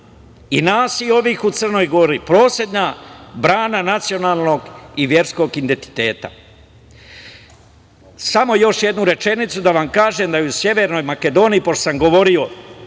i nas i ovih u Crnoj Gori, posebna brana nacionalnog i verskog identiteta. Samo još jednu rečenicu da vam kažem, da u Severnoj Makedoniji, pošto sam govorio